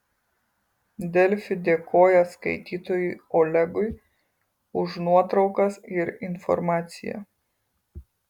delfi dėkoja skaitytojui olegui už nuotraukas ir informaciją